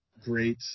great